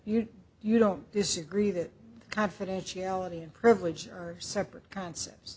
you you don't disagree that confidentiality and privilege are separate concepts